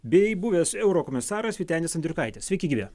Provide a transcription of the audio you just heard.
bei buvęs eurokomisaras vytenis andriukaitis sveiki gyvi